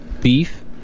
beef